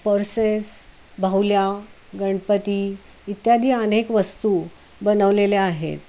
purses बाहुल्या गणपती इत्यादी अनेक वस्तू बनवलेल्या आहेत